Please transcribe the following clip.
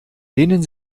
lehnen